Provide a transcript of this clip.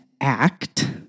act